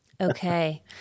Okay